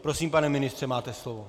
Prosím, pane ministře, máte slovo.